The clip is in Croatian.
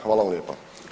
Hvala vam lijepa.